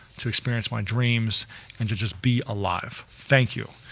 to experience my dreams and to just be alive, thank you.